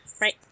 right